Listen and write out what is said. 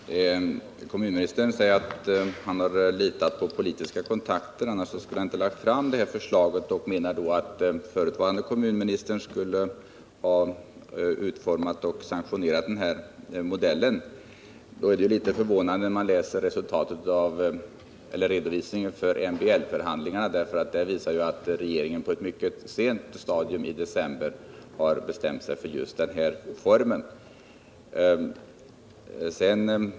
Herr talman! Kommunministern sade att han har litat på politiska kontakter. I annat fall skulle han inte ha lagt fram det här förslaget, och han menar att den förre kommunministern skulle ha utformat och sanktionerat den här modellen. Men då är det litet förvånande att läsa redovisningen för MBL-förhandlingarna av vilken det framgår att regeringen på ett mycket sent stadium i december bestämde sig för just den här formen.